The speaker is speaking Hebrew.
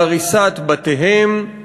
בהריסת בתיהם.